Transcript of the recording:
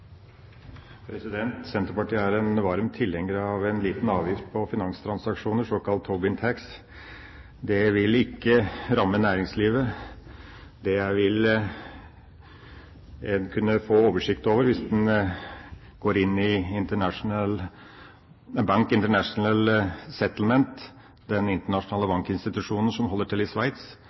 en varm tilhenger av en liten avgift på finanstransaksjoner, såkalt Tobin tax. Den vil ikke ramme næringslivet. Det vil en kunne få oversikt over hvis en går inn i Bank for International Settlements – den internasjonale bankinstitusjonen som holder til i Sveits,